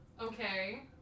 Okay